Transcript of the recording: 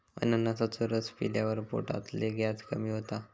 अननसाचो रस पिल्यावर पोटातलो गॅस कमी होता